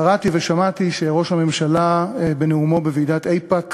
קראתי ושמעתי שראש הממשלה בנאומו בוועידת איפא"ק